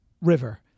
river